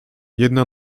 jedna